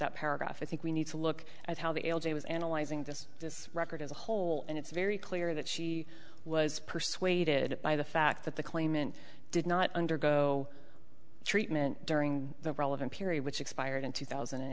that paragraph i think we need to look at how the l g was analyzing this record as a whole and it's very clear that she was persuaded by the fact that the claimant did not undergo treatment during the relevant period which expired in two thousand and